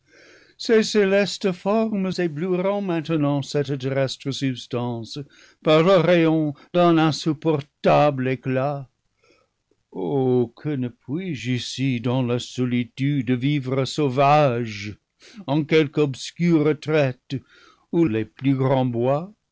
ces cé lestes formes éblouiront maintenant cette terrestre substance par leurs rayons d'un insupportable éclat oh que ne puis-je ici dans la solitude vivre sauvage en quelque obscure retraite où les plus grands bois